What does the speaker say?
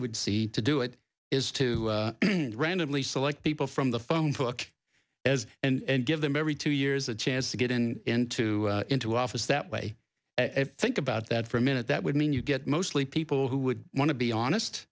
would see to do it is to randomly select people from the phone book as and give them every two years a chance to get in into into office that way think about that for a minute that would mean you get mostly people who would want to be honest